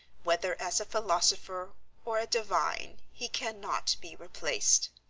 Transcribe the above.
whether as a philosopher or a divine he cannot be replaced.